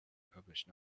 published